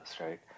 right